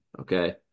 Okay